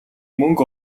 мөнгө